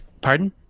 pardon